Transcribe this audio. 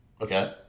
okay